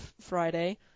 Friday